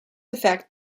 affect